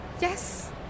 Yes